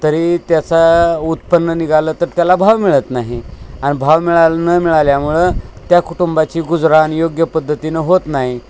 तरी त्याचा उत्पन्न निघालं तर त्याला भाव मिळत नाही आणि भाव मिळाला न मिळाल्यामुळं त्या कुटुंबाची गुजरण योग्य पद्धतीनं होत नाही